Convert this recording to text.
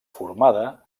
formada